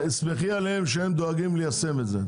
סמכי עליהם שהם דואגים ליישם את זה.